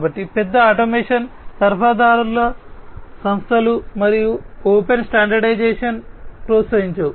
కాబట్టి పెద్ద ఆటోమేషన్ సరఫరాదారుల సంస్థలు ఓపెన్ స్టాండర్డైజేషన్ను ప్రోత్సహించవు